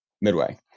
Midway